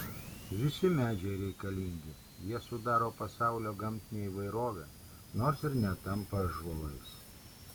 visi medžiai reikalingi jie sudaro pasaulio gamtinę įvairovę nors ir netampa ąžuolais